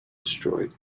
destroyed